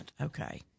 Okay